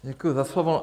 Děkuju za slovo.